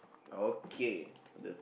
okay